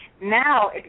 Now